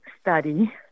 study